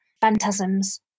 Phantasms